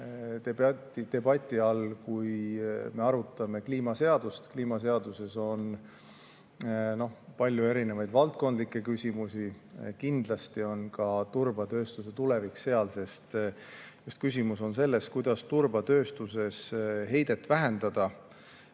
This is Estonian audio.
debati all, kui me arutame kliimaseadust. Kliimaseaduses on palju erinevaid valdkondlikke küsimusi. Kindlasti on ka turbatööstuse tulevik seal [arutelu all], sest küsimus on selles, kuidas turbatööstuses heidet vähendada.